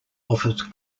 offers